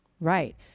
Right